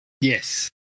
Yes